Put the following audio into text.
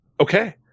Okay